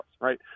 right